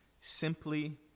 simply